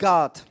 God